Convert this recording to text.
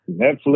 Netflix